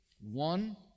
one